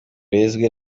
rizwi